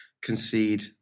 concede